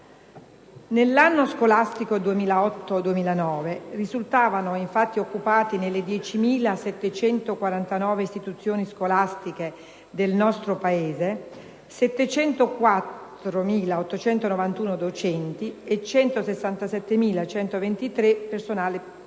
Nell'anno scolastico 2008-2009 risultavano occupati nelle 10.749 istituzioni scolastiche del nostro Paese 704.891 docenti e 167.123 personale ATA